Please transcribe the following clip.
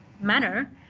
manner